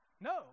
No